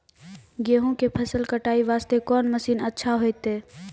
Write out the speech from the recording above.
गेहूँ के फसल कटाई वास्ते कोंन मसीन अच्छा होइतै?